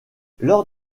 lors